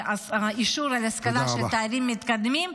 אישור על השכלה של תארים מתקדמים.